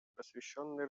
посвященной